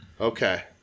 Okay